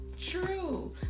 True